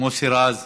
מוסי רז,